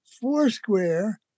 foursquare